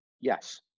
Yes